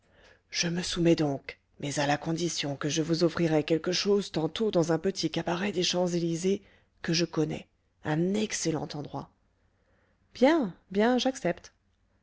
je me soumets donc mais à la condition que je vous offrirai quelque chose tantôt dans un petit cabaret des champs-élysées que je connais un excellent endroit bien bien j'accepte